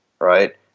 right